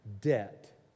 debt